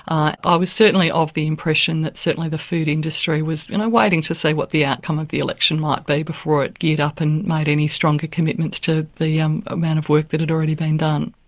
i ah was certainly of the impression that certainly the food industry was waiting to see what the outcome of the election might be before it geared up and made any stronger commitments to the um amount of work that had already been done.